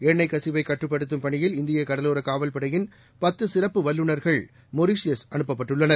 எண்ணெய் கசிவைக் கட்டுப்படுத்தும் பணியில் இந்தியகடலோரகாவல் படையின் பத்துசிறப்பு வல்லுநர்கள் மொரிஷியஸ் அனுப்பப்பட்டுள்ளனர்